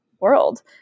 world